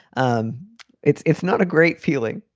um it's it's not a great feeling.